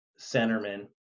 centerman